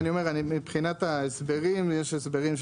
אני אומר שמבחינת ההסברים יש הסברים,